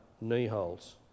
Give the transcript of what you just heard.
knee-holes